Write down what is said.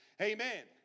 amen